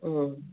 ಹ್ಞೂ